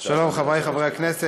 החוק,